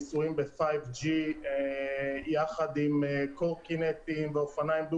ניסויים ב-G5 יחד עם קורקינטים ואופניים דו